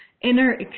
inner